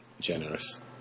generous